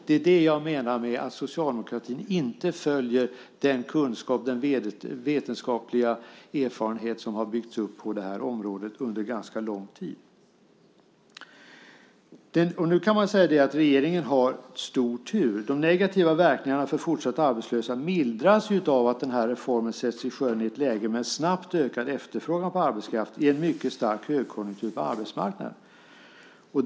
Det är det jag menar när jag säger att socialdemokratin inte följer den kunskap och vetenskapliga erfarenhet som har byggts upp på det här området under ganska lång tid. Man kan säga att regeringen har stor tur. De negativa verkningarna för fortsatt arbetslösa mildras av att reformen sätts i sjön i ett läge med snabbt ökad efterfrågan på arbetskraft i en mycket stark högkonjunktur på arbetsmarknaden.